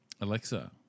Alexa